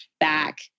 back